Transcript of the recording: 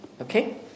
Okay